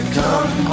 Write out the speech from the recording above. come